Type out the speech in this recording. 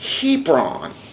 Hebron